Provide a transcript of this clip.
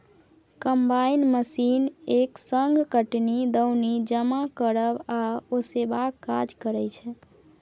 combine machine एक संग कटनी, दौनी, जमा करब आ ओसेबाक काज करय छै